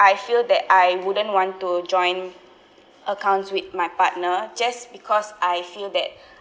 I feel that I wouldn't want to joint accounts with my partner just because I feel that